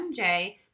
MJ